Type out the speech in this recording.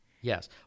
Yes